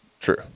true